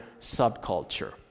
subculture